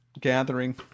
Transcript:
gathering